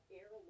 air